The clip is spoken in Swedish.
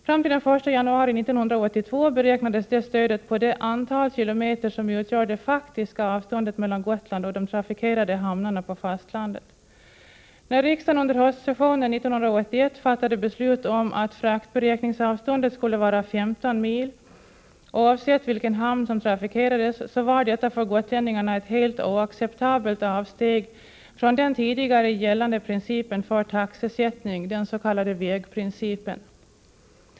Fram till den 1 januari 1982 beräknades detta stöd på det antal kilometer som utgör det faktiska avståndet mellan Gotland och de trafikerade hamnarna på fastlandet. När riksdagen under höstsessionen 1981 fattade beslut om att fraktberäkningsavståndet skulle vara 15 mil oavsett vilken hamn som trafikerades var detta för gotlänningarna ett helt oacceptabelt avsteg från den tidigare gällande principen för taxesättning, den s.k. vägprincipen.